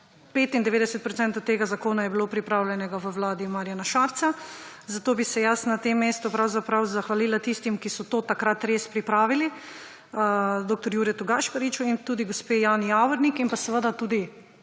95 % tega zakona je bilo pripravljenega v vladi Marjana Šarca. Zato bi se jaz na tem mestu pravzaprav zahvalila tistim, ki so to takrat res pripravili, dr. Juretu Gašpariču in gospe Jani Javornik in tudi